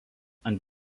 ant